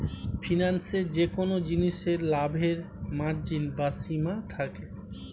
ফিন্যান্সে যেকোন জিনিসে লাভের মার্জিন বা সীমা থাকে